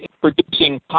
producing